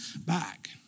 back